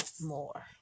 more